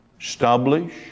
establish